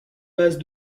passe